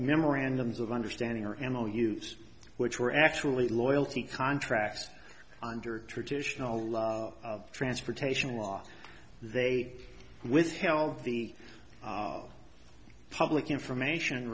memorandums of understanding or and all use which were actually loyalty contracts under traditional law transportation law they withheld the public information